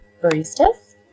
Baristas